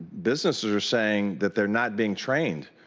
businesses are saying that they are not being trained.